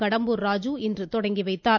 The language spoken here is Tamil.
கடம்பூர் ராஜு இன்று தொடங்கி வைத்தார்